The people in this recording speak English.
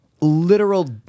literal